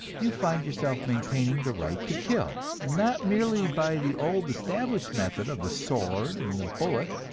you find yourself maintaining the right to kill, not merely by the old established method of the sword and the bullet,